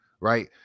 right